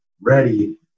ready